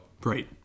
Great